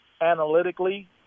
analytically